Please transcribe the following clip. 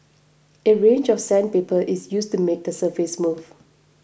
a range of sandpaper is used to make the surface smooth